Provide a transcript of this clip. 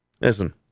listen